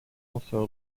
also